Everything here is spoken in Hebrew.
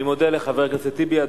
אני מודה לחבר הכנסת טיבי.